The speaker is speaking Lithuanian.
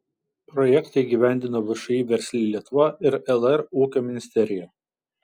projektą įgyvendino všį versli lietuva ir lr ūkio ministerija